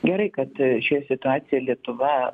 gerai kad šioj situacijoj lietuva